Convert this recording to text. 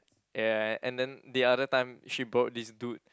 ya and then the other time she borrowed this dude